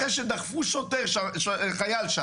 אחרי שדחפו שם חייל,